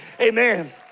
Amen